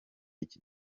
iki